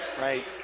right